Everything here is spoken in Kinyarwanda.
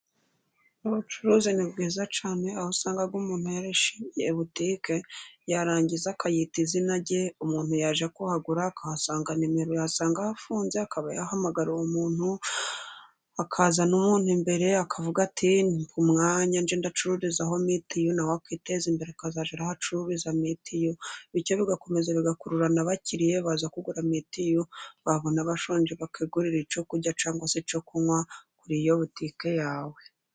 Ubucuruzi ni bwiza cyane aho usanga umuntu yarishingiye butike yarangiza akayita izina rye umuntu ajye kuhagura akahasanga nimero, yasanga hafunze akaba yamuhamagara uwo umuntu akazana umuntu imbere akavuga ati mu mwanya jecururiza aho mete yo na wakwiteza imbere ukazagera ahacuruzati bityo bigakomeza bigakururana bakiriya baza kugura meti iyo wabona bashonje bakwegurira coo kurya c se co kunywa kuri iyoubutike yawe.